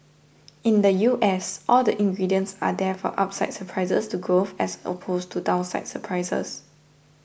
in the U S all the ingredients are there for upside surprises to growth as opposed to downside surprises